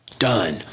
Done